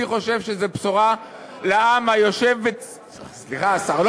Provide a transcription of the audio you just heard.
אני חושב שזו בשורה לעם היושב, סליחה, השר.